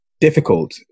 difficult